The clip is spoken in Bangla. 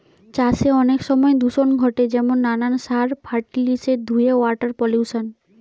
চাষে অনেক সময় দূষণ ঘটে যেমন নানান সার, ফার্টিলিসের ধুয়ে ওয়াটার পলিউশন